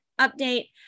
update